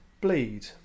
bleed